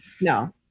No